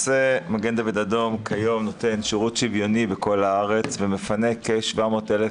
מד"א נותן כיום שירות שוויוני בכל הארץ ומפנה כ-700,000